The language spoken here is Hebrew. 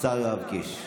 השר יואב קיש.